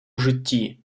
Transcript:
житті